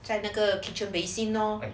在那个 kitchen basin lor